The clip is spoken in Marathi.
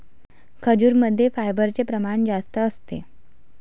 खजूरमध्ये फायबरचे प्रमाण जास्त असते